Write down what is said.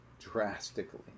Drastically